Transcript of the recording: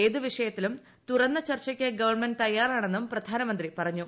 ഏതുവിഷയത്തിലും തുറന്നു ചർച്ചയ്ക്ക് ഗവൺമെന്റ തയ്യാറാണെന്നും പ്രധാനമന്ത്രി പറഞ്ഞു